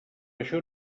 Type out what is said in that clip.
això